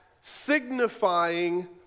signifying